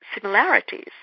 similarities